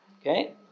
Okay